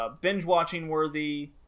binge-watching-worthy